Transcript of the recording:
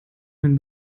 mein